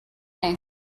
may